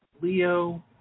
Leo